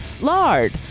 Lard